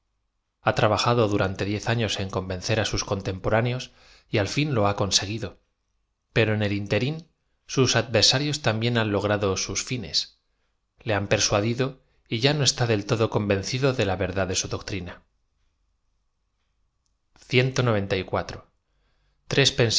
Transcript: a trabajado durante diez afios en convencer á sus contemporáneos y al ñn lo ha conseguido pero en el ínterin